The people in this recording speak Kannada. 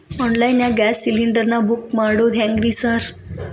ಆನ್ಲೈನ್ ನಾಗ ಗ್ಯಾಸ್ ಸಿಲಿಂಡರ್ ನಾ ಬುಕ್ ಮಾಡೋದ್ ಹೆಂಗ್ರಿ ಸಾರ್?